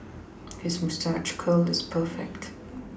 his moustache curl is perfect